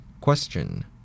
Question